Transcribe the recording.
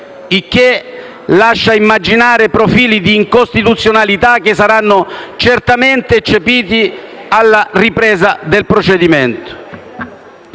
Il che lascia immaginare profili di incostituzionalità che saranno certamente eccepiti alla ripresa del procedimento.